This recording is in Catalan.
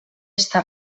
està